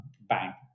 bank